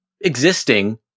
existing